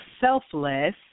selfless